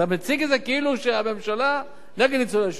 אתה מציג את זה כאילו הממשלה נגד ניצולי שואה.